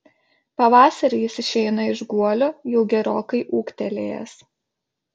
pavasarį jis išeina iš guolio jau gerokai ūgtelėjęs